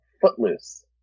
footloose